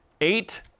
eight